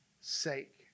sake